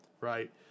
right